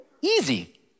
easy